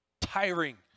tiring